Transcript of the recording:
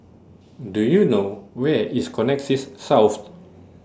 Do YOU know Where IS Connexis South